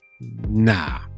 Nah